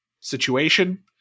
situation